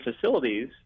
facilities